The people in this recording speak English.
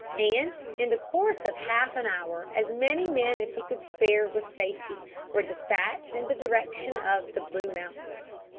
and in the course of half an hour as many men as he could spare with safety were despatched in the direction of the blue mountains.